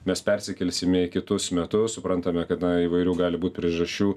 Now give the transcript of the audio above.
mes persikelsime į kitus metus suprantame kad na įvairių gali būt priežasčių